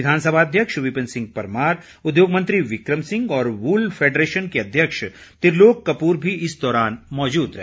विधानसभा अध्यक्ष विपिन सिंह परमार उद्योग मंत्री बिक्रम सिंह और वूल फैडरेशन के अध्यक्ष त्रिलोक कपूर भी इस दौरान मौजूद रहे